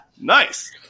nice